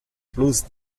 plus